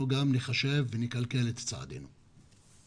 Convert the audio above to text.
אנחנו גם נחשב ונכלכל את צעדינו.